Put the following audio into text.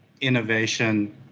innovation